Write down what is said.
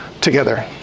together